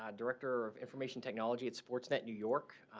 ah director of information technology at sportsnet, new york.